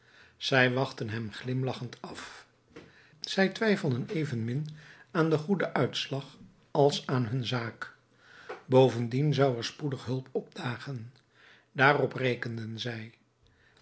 zij wachtten hem glimlachend af zij twijfelden evenmin aan den goeden uitslag als aan hun zaak bovendien zou er spoedig hulp opdagen daarop rekenden zij